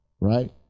right